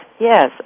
Yes